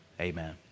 Amen